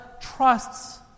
trusts